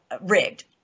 rigged